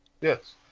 Yes